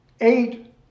Eight